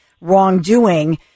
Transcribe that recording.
wrongdoing